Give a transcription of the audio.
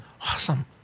Awesome